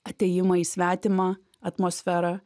atėjimą į svetimą atmosferą